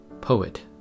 poet